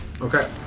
okay